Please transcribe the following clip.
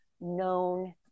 known